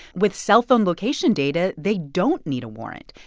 with cellphone location data, they don't need a warrant.